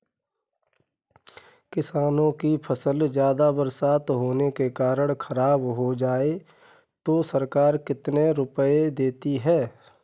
किसानों की फसल ज्यादा बरसात होने के कारण खराब हो जाए तो सरकार कितने रुपये देती है?